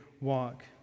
walk